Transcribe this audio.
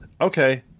okay